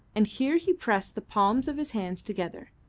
and here he pressed the palms of his hands together,